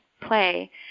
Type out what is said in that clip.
play